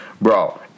bro